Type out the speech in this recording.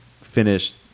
finished